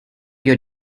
your